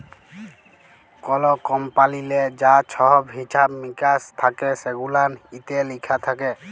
call কমপালিললে যা ছহব হিছাব মিকাস থ্যাকে সেগুলান ইত্যে লিখা থ্যাকে